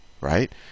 right